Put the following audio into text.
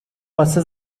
واسه